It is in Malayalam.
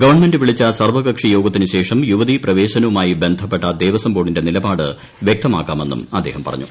ഗവൺമെന്റ് വിളിച്ച സർവകക്ഷി യോഗത്തിനുശേഷം യുവതി പ്രവേശനവുമായി ബന്ധപ്പെട്ട ദേവസ്വംബോർഡിന്റെ നിലപാട് വൃക്തമാക്കാമെന്നും അദ്ദേഹം പറഞ്ഞു